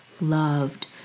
loved